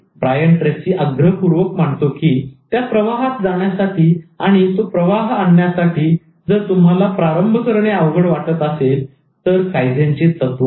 तर Brian Tracy Brian Tracy आग्रहपूर्वक मांडतो की त्या प्रवाहात जाण्यासाठी आणि तो प्रवाह आणण्यासाठी जर तुम्हाला प्रारंभ करणे अवघड वाटत असेल कायझेनचे तत्व वापरा